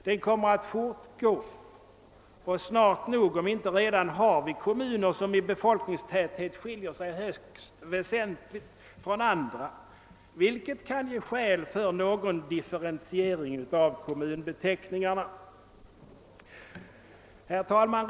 Den kommer att fortgå, och snart nog, om inte redan nu, har vi kommuner som i befolkningstäthet skiljer sig högst väsentligt från andra, vilket kan vara skäl för någon differentiering av kommunbeteckningarna. Herr talman!